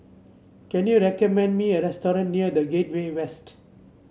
can you recommend me a restaurant near The Gateway West